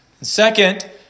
Second